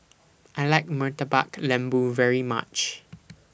I like Murtabak Lembu very much